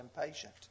impatient